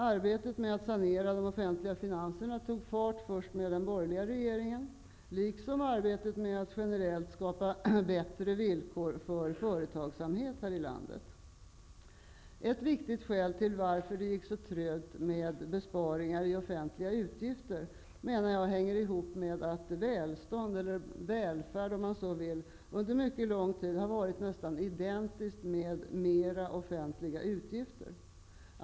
Arbetet med att sanera de offentliga finanserna tog fart först med den borgerliga regeringen, liksom arbetet med att skapa generellt bättre villkor för företagsamhet i Ett viktigt skäl till varför det gick trögt med besparingar i de offentliga utgifterna hänger ihop med att välstånd, eller välfärd, om man så vill, under lång tid har varit nästan identiskt med ökade offentliga utgifter.